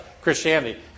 Christianity